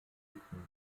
legten